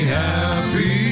happy